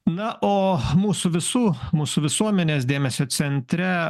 na o mūsų visų mūsų visuomenės dėmesio centre